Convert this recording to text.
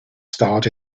starred